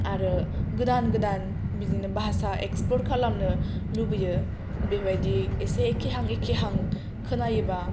आरो गोदान गोदान बिदिनो भासा एक्सप्लर खालामनो लुबैयो बेबादि एसे एखेहां एखेहां खोनायोबा